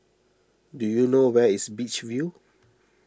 do you know where is Beach View